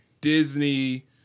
Disney